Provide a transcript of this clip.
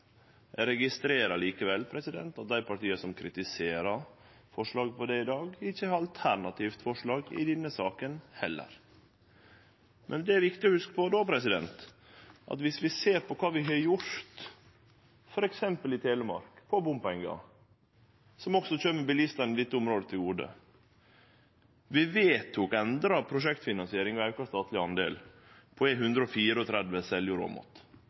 Eg registrerer likevel at dei partia som kritiserer forslaget for det i dag, ikkje har noko alternativt forslag i denne saka heller. Då er det viktig å hugse på at viss vi ser på kva vi har gjort for bompengar, f.eks. i Telemark, kjem det absolutt bilistar i dette området til gode. Vi vedtok endra prosjektfinansiering og auka statleg del på E134 Seljord–Åmot. Vi gjorde det – vi auka den statlege delen og